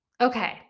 Okay